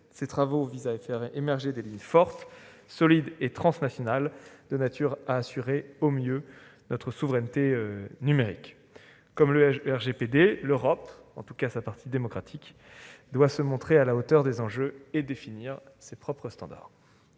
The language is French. Ces travaux visent à faire émerger des lignes fortes, solides et transnationales de nature à assurer au mieux notre souveraineté numérique. Comme pour le RGPD, l'Europe, en tout cas sa partie démocratique, doit se montrer à la hauteur des enjeux et définir ses propres standards.